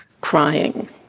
crying